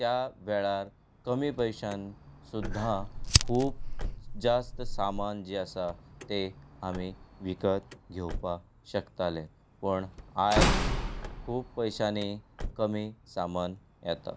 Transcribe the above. त्या वेळार कमी पयश्यान सुद्दां खूब जास्त सामान जी आसा तें आमी विकत घेवपाक शकतालें पण आयज खूब पयश्यांनी कमी सामान येतां